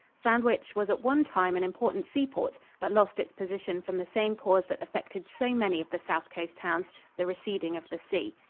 sandwich was at one time an important seaport, but lost its position from the same cause that affected so many of the south coast towns the receding of the sea.